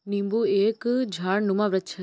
नींबू एक झाड़नुमा वृक्ष है